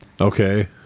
okay